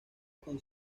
con